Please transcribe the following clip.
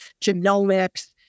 genomics